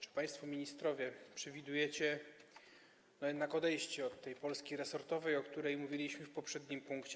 Czy państwo ministrowie przewidujecie jednak odejście od tej Polski resortowej, o której mówiliśmy w poprzednim punkcie?